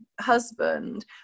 husband